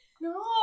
No